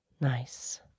Nice